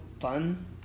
fun